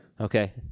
Okay